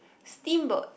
steamboat